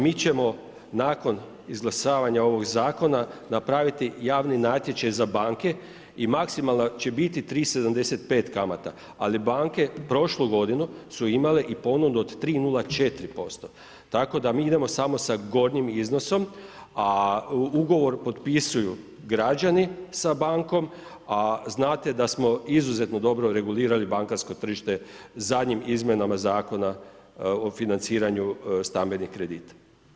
Mi ćemo nakon izglasavanja ovog zakona napraviti javni natječaj za banke i maksimalna će biti 3,75 kamata ali banke prošlu godinu su imale i ponudu od 3,04% tako da mi idemo samo sa gornjim iznosom a ugovor potpisuju građani sa bankom a znate da smo izuzetno dobro regulirali bankarsko tržište zadnjim izmjenama Zakona o financiranju stambenih kredita.